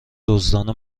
دزدان